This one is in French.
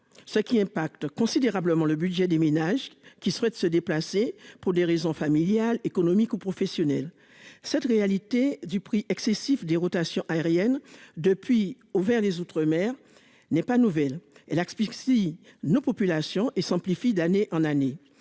ce qui impacte considérablement le budget des ménages qui souhaitent se déplacer pour des raisons familiales, économiques ou professionnelles. Cette réalité du prix excessif des rotations aériennes depuis ou vers les Outre-mer n'est pas nouvelle et l'asphyxie nos populations et s'amplifie d'année en année